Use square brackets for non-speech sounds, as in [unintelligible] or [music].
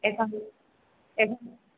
[unintelligible]